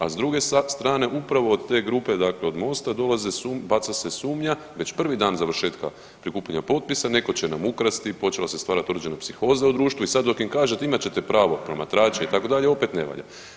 A s druge strane, upravo od te grupe, dakle od Mosta dolaze .../nerazumljivo/... baca se sumnja već prvi dan završetka prikupljanja potpisa, netko će nam ukrasti, počela se stvarati određena psihoza u društvu i sad dok im kažete, imat ćete pravo promatrača, itd., opet ne valja.